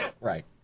Right